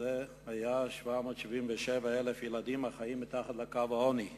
זה היה 777,000 ילדים החיים מתחת לקו העוני.